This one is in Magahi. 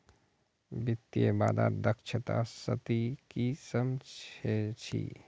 वित्तीय बाजार दक्षता स ती की सम झ छि